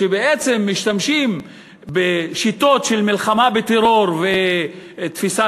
כשבעצם משתמשים בשיטות של מלחמה בטרור ותפיסת